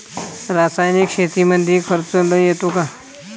रासायनिक शेतीमंदी खर्च लई येतो का?